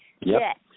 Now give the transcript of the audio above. Yes